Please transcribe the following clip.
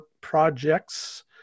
projects